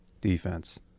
defense